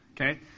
Okay